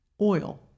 oil